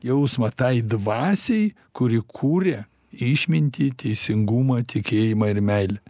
jausmą tai dvasiai kuri kuria išmintį teisingumą tikėjimą ir meilę